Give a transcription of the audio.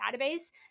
database